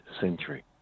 century